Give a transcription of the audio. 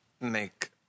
make